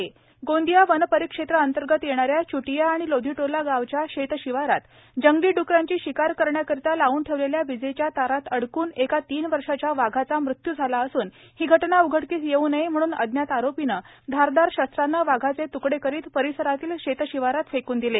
वाघाचा मत्य् गोंदिया वनपरिक्षेत्रा अंतर्गत येणाऱ्या चृटिया आणि लोधीटोला गावाच्या शेतशिवारात जंगली ड्करांची शिकार करण्याकरिता लावून ठेवलेल्या विजेच्या तारात अडकून एका तीन वर्षाच्या वाघाचा मृत्यू झाला असून ही घटना उघडकीस येऊ नये म्हणून अज्ञात आरोपीनं धारदार शस्त्रानं वाघाचे त्कडे करीत परिसरातील शेतशिवारात फेकून दिले